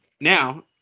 Now